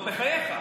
נו, בחייך.